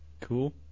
Cool